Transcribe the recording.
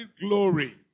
glory